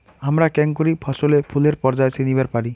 হামরা কেঙকরি ফছলে ফুলের পর্যায় চিনিবার পারি?